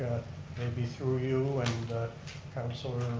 maybe through you, and councilor